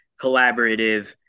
collaborative